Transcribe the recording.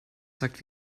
sagt